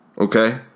Okay